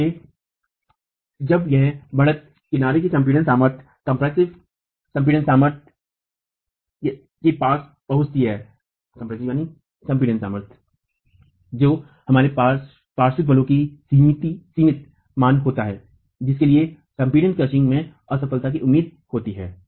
इसलिए जब यह बढ़त किनारे की संपीडन सामर्थ्य कंप्रेसिव संपीडन सामर्थ्य के पास पहुंचती है तो हमारे पास पार्श्विक बालों की सिमित मान होता है जिसके लिए संपीडन में असफलता की उम्मीद होती है